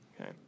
Okay